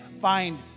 find